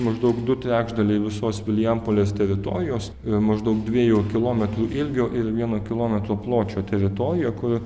maždaug du trečdaliai visos vilijampolės teritorijos ir maždaug dviejų kilometrų ilgio ir vieno kilometro pločio teritorija kur